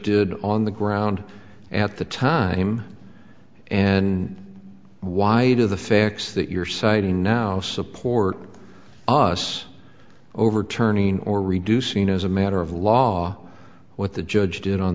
did on the ground at the time and why do the facts that you're citing now support us overturning or reducing as a matter of law what the judge did on